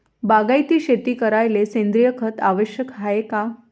बागायती शेती करायले सेंद्रिय खत आवश्यक हाये का?